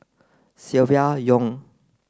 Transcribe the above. Silvia Yong